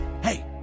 Hey